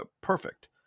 perfect